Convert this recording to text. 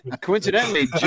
coincidentally